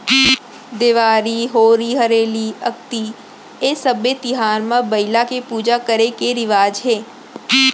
देवारी, होरी हरेली, अक्ती ए सब्बे तिहार म बइला के पूजा करे के रिवाज हे